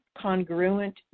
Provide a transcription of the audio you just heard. congruent